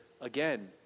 again